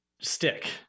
stick